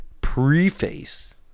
preface